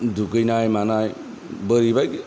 दुगैनाय मानाय बोरैबा